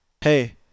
Hey